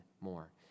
more